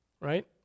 Right